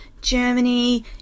germany